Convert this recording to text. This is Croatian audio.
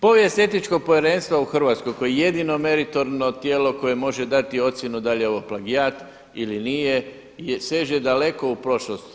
Povijest Etičkog povjerenstva u Hrvatskoj koji je jedino meritorno tijelo koje može dati ocjenu da li je ovo plagijat ili nije seže daleko u prošlost.